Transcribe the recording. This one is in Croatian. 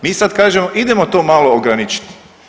Mi sad kažemo idemo to malo ograničiti.